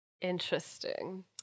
Interesting